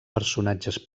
personatges